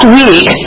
week